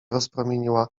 rozpromieniła